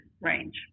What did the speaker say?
range